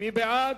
פעם אחת.